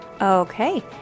Okay